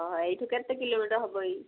ହଉ ଏଇଠୁ କେତେ କିଲୋମିଟର ହବ ଇ